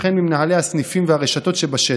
וכן ממנהלי הסניפים והרשתות שבשטח.